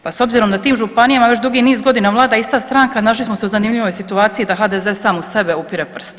Pa s obzirom da tim županijama već dugi niz godina vlada ista stranka, našli smo se u zanimljivoj situaciji da HDZ sam u sebe upire prstom.